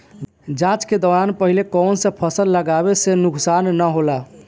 जाँच के दौरान पहिले कौन से फसल लगावे से नुकसान न होला?